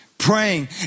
Praying